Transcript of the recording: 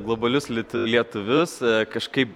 globalius lit lietuvius kažkaip